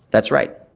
that's right.